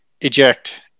eject